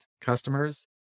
customers